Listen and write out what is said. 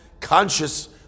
conscious